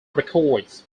records